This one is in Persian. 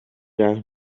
رحم